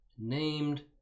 Named